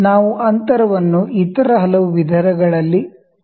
ನಾವು ಅಂತರವನ್ನು ಇತರ ಹಲವು ವಿಧಗಳಲ್ಲಿ ಅಳೆಯಬಹುದು